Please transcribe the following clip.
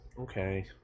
Okay